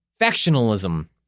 factionalism